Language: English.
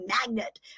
magnet